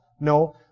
No